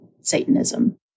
Satanism